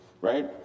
right